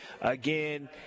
again